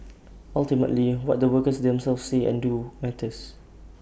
ultimately what the workers themselves say and do matters